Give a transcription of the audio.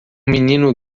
menino